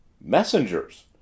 messengers